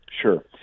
Sure